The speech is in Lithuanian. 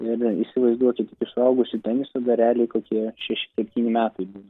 ir įsivaizduokit iki suaugusių teniso dar realiai kokie šeši septyni metai būna